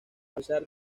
pesar